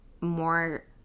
more